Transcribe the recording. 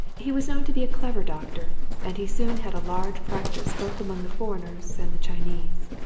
he was known to be a clever doctor and he soon had a large practice both among the foreigners and the chinese.